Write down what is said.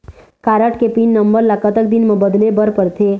Card के pin number ला कतक दिन म बदले बर लगथे?